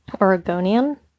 Oregonian